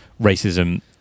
racism